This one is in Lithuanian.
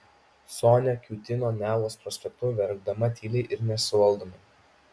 sonia kiūtino nevos prospektu verkdama tyliai ir nesuvaldomai